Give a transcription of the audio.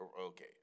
Okay